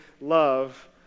love